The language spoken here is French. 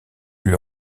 lui